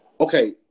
Okay